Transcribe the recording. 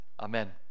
amen